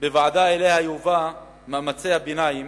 בוועדה שאליה יובאו ממצאי הביניים